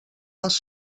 els